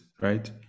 right